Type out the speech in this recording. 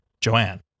Joanne